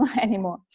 anymore